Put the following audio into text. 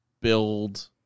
build